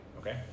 okay